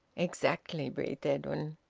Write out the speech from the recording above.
exactly, breathed edwin.